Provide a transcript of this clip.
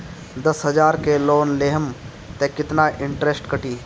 दस हजार के लोन लेहम त कितना इनट्रेस कटी?